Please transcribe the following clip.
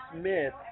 Smith